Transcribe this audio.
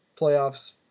playoffs